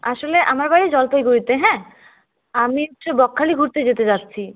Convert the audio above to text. আসলে আমার বাড়ি জলপাইগুড়িতে হ্যাঁ আমি একটু বকখালি ঘুরতে যেতে চাইছি